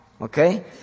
Okay